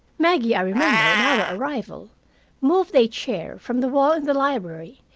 maggie, i remember, on our arrival moved a chair from the wall in the library,